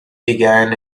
began